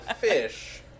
fish